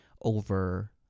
over